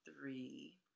three